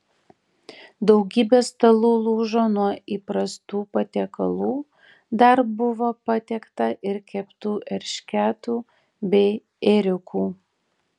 daugybė stalų lūžo nuo įprastų patiekalų dar buvo patiekta ir keptų eršketų bei ėriukų